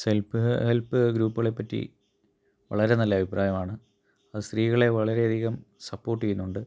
self help ഗ്രൂപ്പുകളെപ്പറ്റി വളരെ നല്ല അഭിപ്രായമാണ് അത് സ്ത്രീകളെ വളരെയധികം സപ്പോർട്ടേയ്യ്ന്നൊണ്ട്